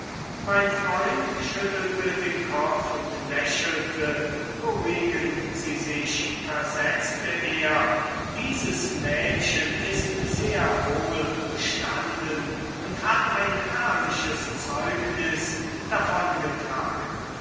mein freund schüttelte den kopf und lächelte beruhigen sie sich versetzte er dieses mädchen ist sehr wohl bestanden und hat ein herrliches zeugnis